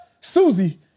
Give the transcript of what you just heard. Susie